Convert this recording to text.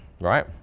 right